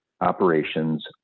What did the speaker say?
operations